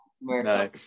no